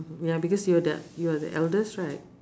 ya because you're the you're the eldest right